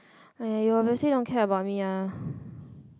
aiyah you obviously don't care about me lah